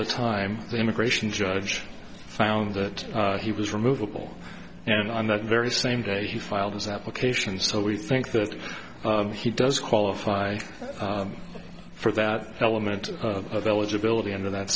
the time the immigration judge found that he was removable and on that very same day he filed his application so we think that he does qualify for that element of eligibility under that